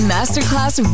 Masterclass